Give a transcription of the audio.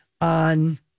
on